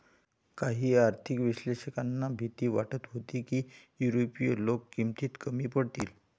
काही आर्थिक विश्लेषकांना भीती वाटत होती की युरोपीय लोक किमतीत कमी पडतील